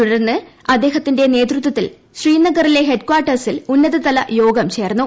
തുടർന്ന് അദ്ദേഹത്തിന്റെ നേതൃത്വത്തിൽ ശ്രീനഗറിലെ ഹെഡ്കാട്ടേഴ്സിൽ ഉന്നതതല യോഗം ചേർന്നു